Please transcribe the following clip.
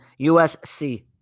USC